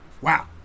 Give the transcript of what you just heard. Wow